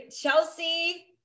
Chelsea